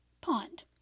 pond